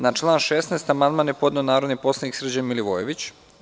Na član 16. amandman je podneo narodni poslanik Srđan Milivojević.